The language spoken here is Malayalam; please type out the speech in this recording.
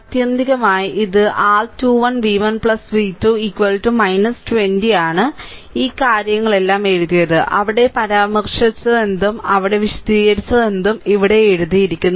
ആത്യന്തികമായി ഇത് r 2 v1 v2 20 ആണ് ഈ കാര്യങ്ങളെല്ലാം എഴുതിയത് 5 അവിടെ പരാമർശിച്ചതെന്തും അവിടെ വിശദീകരിച്ചതെന്തും ഇവിടെ എഴുതിയിരിക്കുന്നു